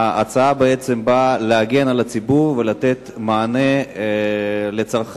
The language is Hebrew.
ההצעה באה להגן על הציבור ולתת מענה לצרכן.